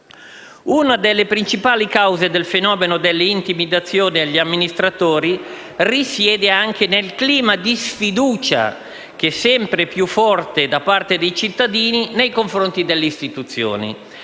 Una delle principali cause del fenomeno delle intimidazioni agli amministratori risiede nel clima di sfiducia, che è sempre più forte, dei cittadini nei confronti delle istituzioni,